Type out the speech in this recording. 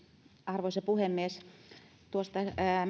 arvoisa puhemies tuosta